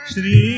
Shri